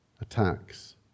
attacks